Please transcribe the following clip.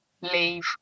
leave